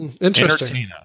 interesting